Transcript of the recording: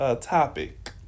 topic